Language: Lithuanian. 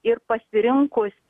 ir pasirinkus